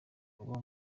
uba